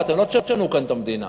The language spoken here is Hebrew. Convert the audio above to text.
אתם לא תשנו כאן את המדינה,